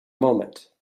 moment